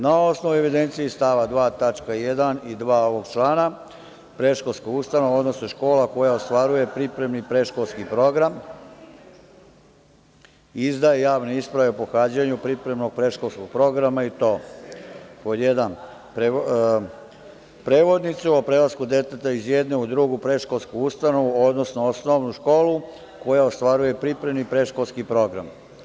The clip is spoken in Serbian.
Na osnovu evidencije iz stava 2. tačka 1. i 2. ovog člana, predškolska ustanova, odnosno škola koja ostvaruje pripremni i predškolski program izdaje javne isprave pohađanju pripremnog, predškolskog programa i to, pod jedan, prelasku deteta iz jedne u drugu predškolsku ustanovu, odnosno osnovnu školu koja ostvaruje i pripremni i predškolski program.